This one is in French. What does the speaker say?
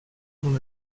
mon